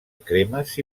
cremes